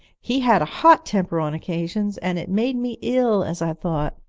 he had a hot temper on occasions, and it made me ill as i thought,